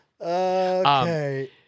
Okay